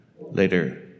later